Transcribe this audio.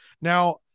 now